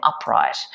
upright